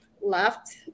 left